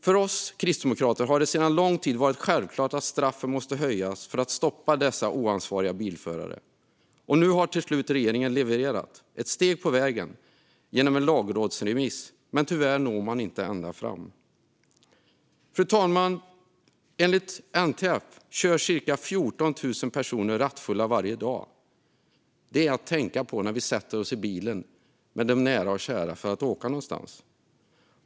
För oss kristdemokrater har det sedan lång tid tillbaka varit självklart att straffen måste höjas för att stoppa dessa oansvariga bilförare. Nu har regeringen till slut levererat ett steg på vägen genom en lagrådsremiss. Men tyvärr når man inte ända fram. Fru talman! Enligt NTF kör cirka 14 000 personer rattfulla varje dag. Det är något att tänka på när vi sätter oss i bilen med nära och kära för att åka någonstans.